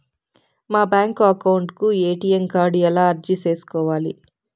మా bank account కు ATM card ఎలా అర్జీ సేసుకోవాలి?